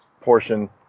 portion